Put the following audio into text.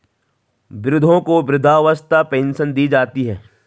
वृद्धों को वृद्धावस्था पेंशन दी जाती है